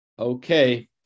Okay